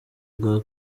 bwa